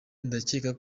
ndakeka